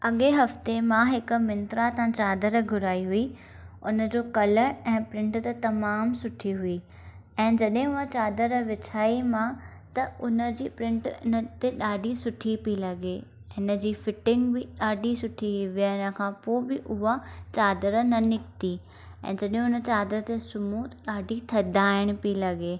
अॻे हफ़्ते मां हिकु मिंत्रा था चादर घुराई हुई उन जो कलर ऐं प्रिंट त तमामु सुठी हुई ऐं जॾहिं हूअ चादर विछाई मां त उन जी प्रिंट उन ते ॾाढी सुठी पई लॻे हिन जी फिटिंग बि ॾाढी सुठी विहण खां पोइ बि उहा चादर न निकिती ऐं जॾहिं उन चादर ते सुम्हूं त ॾाढी थधाइण पई लॻे